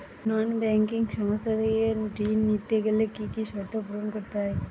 নন banking সংস্থা থেকে ঋণ নিতে গেলে কি কি শর্ত পূরণ করতে হয়?